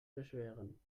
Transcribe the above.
beschweren